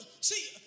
See